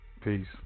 Peace